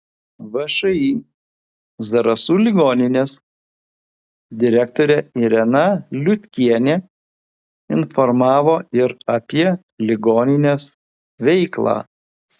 všį zarasų ligoninės direktorė irena liutkienė informavo ir apie ligoninės veiklą